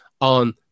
on